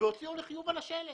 והוציאו לו חיוב על השלט.